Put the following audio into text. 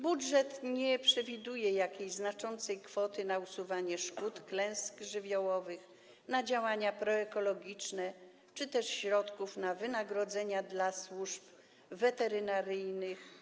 Budżet nie przewiduje jakiejś znaczącej kwoty na usuwanie szkód z tytułu klęsk żywiołowych, na działania proekologiczne czy też środków na wynagrodzenia dla służb weterynaryjnych.